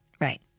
Right